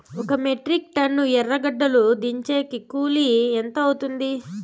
ఒక metric ton ఎర్రగడ్డలు దించేకి కూలి ఎంత అవుతుంది?